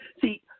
See